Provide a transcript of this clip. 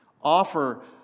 offer